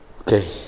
okay